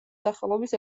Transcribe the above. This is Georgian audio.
სახელობის